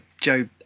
Joe